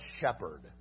shepherd